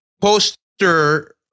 poster